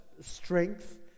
strength